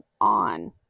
on